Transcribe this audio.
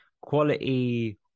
quality